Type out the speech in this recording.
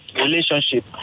relationship